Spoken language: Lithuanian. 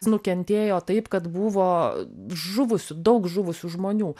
nukentėjo taip kad buvo žuvusių daug žuvusių žmonių